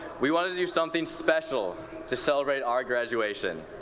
we wanted to do something special to celebrate our graduation,